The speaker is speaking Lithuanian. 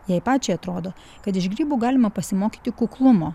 jai pačiai atrodo kad iš grybų galima pasimokyti kuklumo